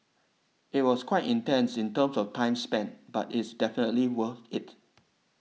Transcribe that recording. it was quite intense in terms of time spent but it's definitely worth it